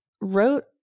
wrote